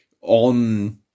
on